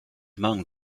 among